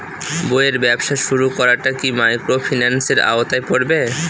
বইয়ের ব্যবসা শুরু করাটা কি মাইক্রোফিন্যান্সের আওতায় পড়বে?